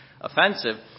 offensive